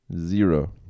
zero